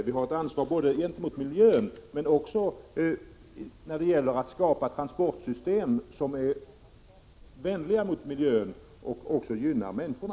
Vi har ett ansvar både gentemot miljön och när det gäller att skapa transportsystem som är vänliga mot miljön och samtidigt gynnar människorna.